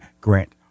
Grant